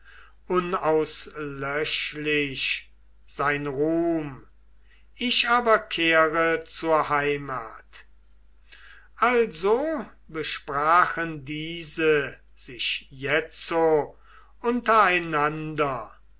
unauslöschlich sein ruhm ich aber kehre zur heimat also besprachen diese sich jetzo